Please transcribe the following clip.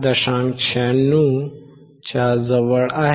96च्या जवळजवळ आहे